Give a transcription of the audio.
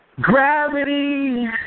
Gravity